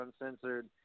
uncensored